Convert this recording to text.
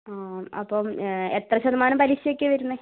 ആ അപ്പം എത്ര ശതമാനം പലിശയൊക്കെയാണ് വരുന്നത്